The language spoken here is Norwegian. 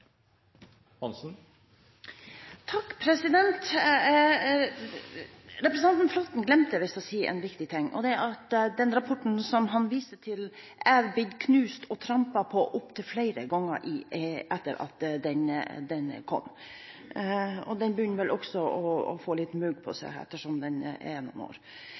Hansen har hatt ordet to ganger tidligere og får ordet til en kort merknad, begrenset til 1 minutt. Representanten Flåtten glemte visst å si en viktig ting, og det er at den rapporten han viste til, er blitt knust og trampet på opptil flere ganger etter at den kom. Den begynner vel også å få litt mugg på seg, ettersom den er noen år.